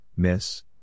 Miss